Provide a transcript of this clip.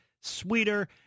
sweeter